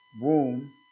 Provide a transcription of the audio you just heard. womb